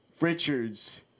Richards